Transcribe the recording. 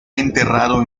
enterrado